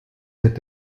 mit